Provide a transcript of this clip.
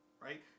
right